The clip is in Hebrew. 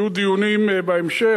יהיו דיונים בהמשך.